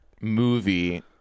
movie